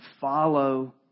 follow